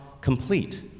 complete